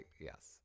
Yes